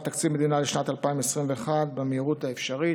תקציב מדינה לשנת 2021 במהירות האפשרית.